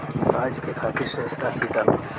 आज के खातिर शेष राशि का बा?